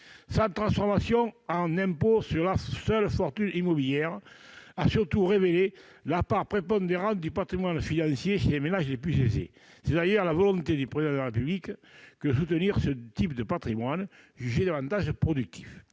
Sa transformation en impôt sur la seule fortune immobilière a surtout révélé la part prépondérante du patrimoine financier chez les ménages les plus aisés. C'était d'ailleurs la volonté du Président de la République de soutenir ce type de patrimoine, jugé davantage productif.